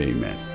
Amen